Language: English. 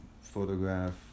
photograph